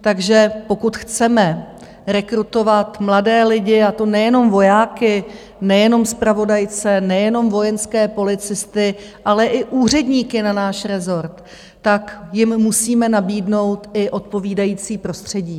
Takže pokud chceme rekrutovat mladé lidi, a to nejenom vojáky, nejenom zpravodajce, nejenom vojenské policisty, ale i úředníky na náš rezort, tak jim musíme nabídnout i odpovídající prostředí.